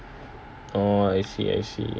oh I see I see